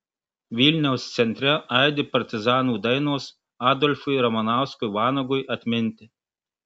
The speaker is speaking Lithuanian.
vilniaus centre aidi partizanų dainos adolfui ramanauskui vanagui atminti